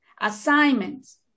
assignments